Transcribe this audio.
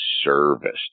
serviced